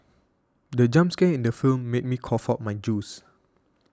the jump scare in the film made me cough out my juice